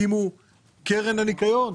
הקימו קרן הניקיון.